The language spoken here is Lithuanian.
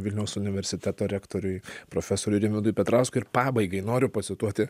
vilniaus universiteto rektoriui profesoriui rimvydui petrauskui ir pabaigai noriu pacituoti